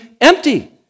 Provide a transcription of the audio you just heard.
empty